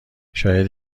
شاید